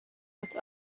but